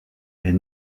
est